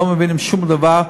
לא מבינים שום דבר,